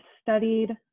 studied